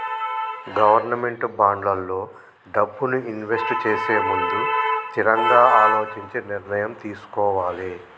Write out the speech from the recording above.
government బాండ్లల్లో డబ్బుని invest చేసేముందు తిరంగా అలోచించి నిర్ణయం తీసుకోవాలే